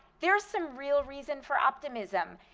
there's some real reason for optimism.